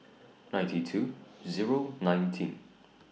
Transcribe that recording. ninety two Zero nineteen